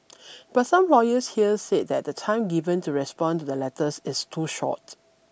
but some lawyers here said that the time given to respond to the letters is too short